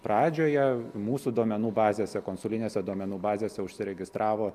pradžioje mūsų duomenų bazėse konsulinėse duomenų bazėse užsiregistravo